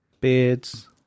Beards